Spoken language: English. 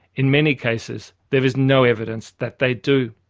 in many cases, there is no evidence that they do.